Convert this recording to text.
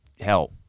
hell